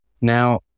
Now